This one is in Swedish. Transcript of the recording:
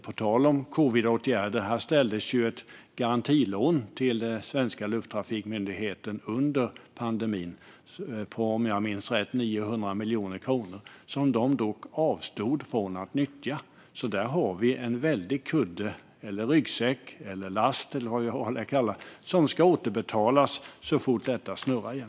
På tal om covidåtgärder ställdes det ett garantilån till den svenska lufttrafikmyndigheten under pandemin på, om jag minns rätt, 900 miljoner kronor, som man avstod från att nyttja. Där finns en väldig kudde - eller ryggsäck, last eller vad vi kallar det - som ska återbetalas så fort detta snurrar igen.